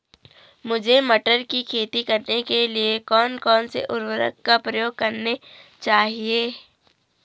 मुझे मटर की खेती करने के लिए कौन कौन से उर्वरक का प्रयोग करने चाहिए?